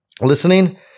listening